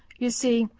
you see,